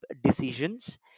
decisions